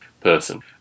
person